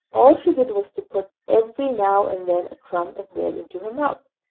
all she did was to put every now and then a crumb, of bread into her mouth,